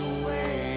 away